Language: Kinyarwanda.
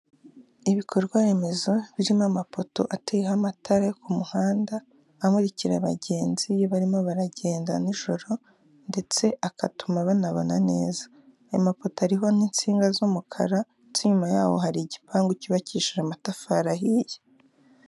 Ibikorwa remezo birimo amapoto ateyeho amatara yo ku muhanda amurikira abagenzi barimo baragenda nijoro ndetse agatuma banabona neza, ayo mapoto ariho n'insinga z'umukara ndetse inyuma yaho hari igipangu cyubakishije amatafari ahiye.